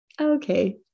Okay